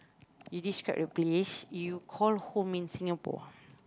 it describe the place you call home in Singapore